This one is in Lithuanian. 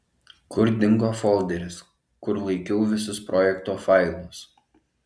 kur dingo folderis kur laikiau visus projekto failus